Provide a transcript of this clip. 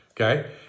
okay